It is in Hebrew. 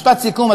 משפט סיכום,